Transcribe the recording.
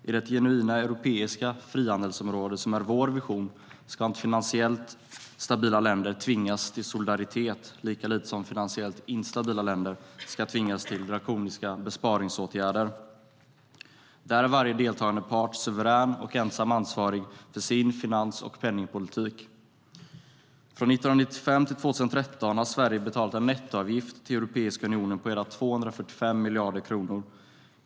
I det genuina europeiska frihandelsområde som är vår vision ska inte finansiellt stabila länder tvingas till solidaritet, lika lite som finansiellt instabila länder ska tvingas till drakoniska besparingsåtgärder. Där är varje deltagande part suverän och ensam ansvarig för sin finans och penningpolitik. Från 1995 till 2013 har Sverige betalat en nettoavgift till Europeiska unionen på hela 245 miljarder kronor.